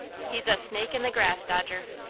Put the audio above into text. he's a snake in the grass, dodger.